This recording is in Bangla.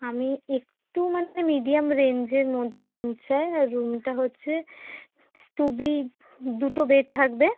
আমি একটু মানে মিডিয়াম রেঞ্জের মধ্যে রুম চাই আর রুমটা হচ্ছে টু বি দুটো বেড থাকবে